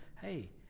hey